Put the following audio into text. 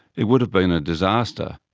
it would have been a disaster.